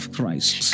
Christ